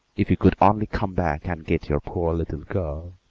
if you could only come back and get your poor little girl!